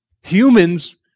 Humans